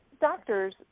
doctors